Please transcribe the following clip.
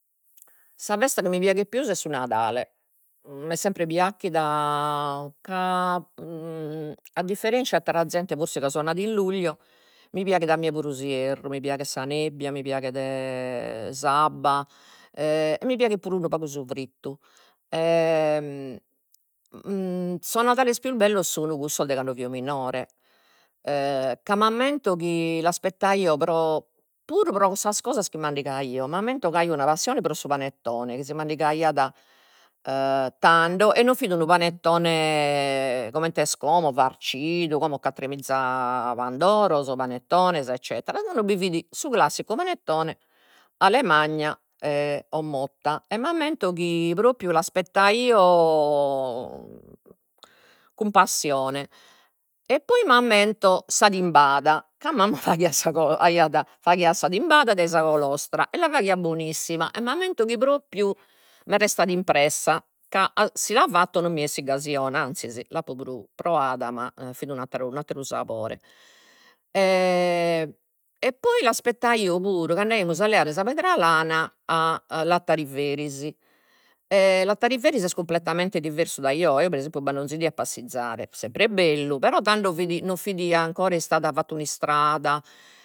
Sa festa chi mi piaghet pius est su Nadale, m'est sempre piachida ca a differenscia'e attera zente forsis ca so nada in luglio mi piaghet a mie puru s'ierru, mi piaghet sa nebbia, mi piaghet s'abba e mi piaghet unu pagu su frittu. Sos Nadales pius bellos sun cussos de cando fio minore ca m'ammento chi l'aspettaio pro puru pro cussas cosas chi mandigaio, m'ammento chi aio una passione pro su panettone, chi si mandigaiat tando e non fit unu panettone coment'est como farcidu, como ch'at tremiza pandoros, panettones eccettera, tando bi fit su classicu panettone Alemagna e o Motta, e m'ammento chi propriu l'aspettaio cun passione. E poi m'ammento sa timbada, ca mamma faghiat sa aiat faghiat sa timbada dai sa colostra, e la faghiat bonissima, e m'ammento chi propriu m'est restada impressa ca a si la fatto non mi essit gasi 'ona, anzis l'apo puru proada ma fit un'attera un'atteru sapore e poi l'aspettaio puru ca andaimus a leare sa pedralana a a Lattariferis e Lattariferis est completamente diversu dai oe, eo per esempiu b'ando 'onzi die a passizare, sempre bellu, però tando fit non fit ancora istada fatta un'istrada